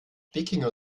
wikinger